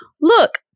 look